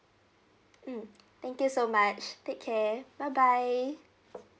mm thank you so much take care bye bye